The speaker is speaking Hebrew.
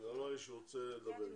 אוקיי,